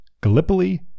Gallipoli